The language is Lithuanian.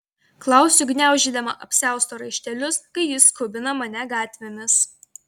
klausiu gniaužydama apsiausto raištelius kai jis skubina mane gatvėmis